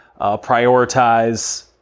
prioritize